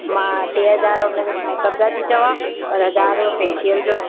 मां टे हज़ार उन जो मेकअप जा थी चवां और हज़ार रुपियो फ़ेशियल जो